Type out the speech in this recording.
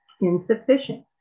insufficient